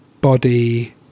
body